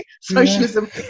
socialism